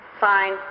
fine